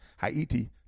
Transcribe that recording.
Haiti